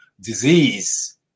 disease